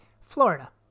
Florida